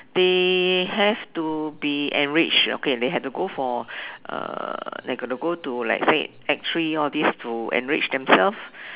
they have to be enriched okay they have to go for uh they got to go to like say Act Three all these to enrich themselves